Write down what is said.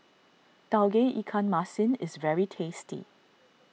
Tauge Ikan Masin is very tasty